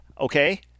okay